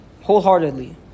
wholeheartedly